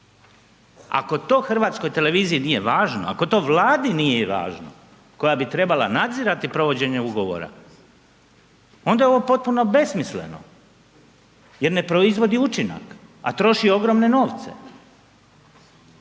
Ako to Hrvatskoj televiziji nije važno, ako to Vladi nije važno koja bi trebala nadzirati provođenje ugovora onda je ovo potpuno besmisleno jer ne proizvodi učinak, a troši ogromne novce.